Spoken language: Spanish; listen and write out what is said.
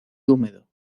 húmedo